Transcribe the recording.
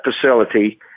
facility